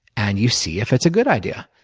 and you see if it's a good idea.